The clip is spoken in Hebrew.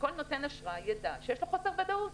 וכל נותן אשראי ידע שיש לו חוסר ודאות.